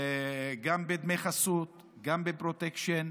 גם על דמי חסות, גם פרוטקשן,